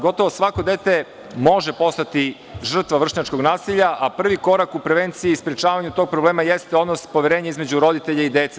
Gotovo svako dete može postati žrtva vršnjačkog nasilja, a prvi korak u prevenciji sprečavanja tog problema jeste odnos poverenja između roditelja i dece.